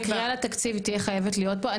הקריאה לתקציב תהיה חייבת להיות פה.